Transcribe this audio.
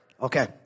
Okay